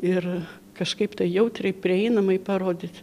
ir kažkaip tai jautriai prieinamai parodyt